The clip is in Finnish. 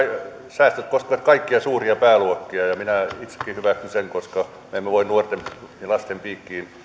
säästöt koskevat kaikkia suuria pääluokkia ja minä itsekin hyväksyn sen koska emme voi nuorten ja lasten piikkiin